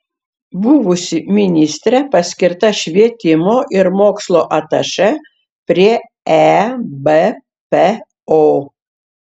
buvusi ministrė paskirta švietimo ir mokslo atašė prie ebpo